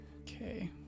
Okay